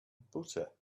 butter